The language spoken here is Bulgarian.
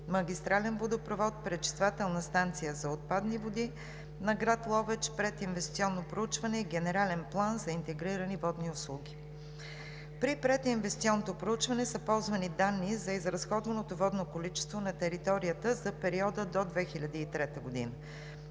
магистрален водопровод, пречиствателна станция за отпадни води на град Ловеч, прединвестиционно проучване и генерален план за интегрирани водни услуги. При прединвестиционното проучване са използвани данни за изразходваното водно количество на територията за периода до 2003 г.